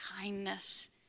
kindness